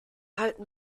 halten